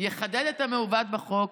יחדד את המעוות בחוק,